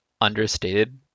understated –